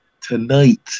tonight